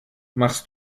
machst